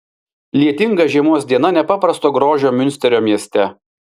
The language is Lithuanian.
lietinga žiemos diena nepaprasto grožio miunsterio mieste